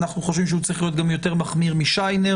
אנחנו חושבים שהוא צריך להיות יותר מחמיר משיינר,